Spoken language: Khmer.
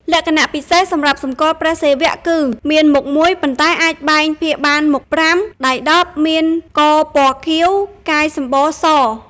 លក្ខណៈពិសេសសម្រាប់សម្គាល់ព្រះសិវៈគឺ មានមុខមួយ ប៉ុន្តែអាចបែងភាគបានមុខ ៥ ដៃ ១០ មានកពណ៌ខៀវ កាយសម្បុរ ស។។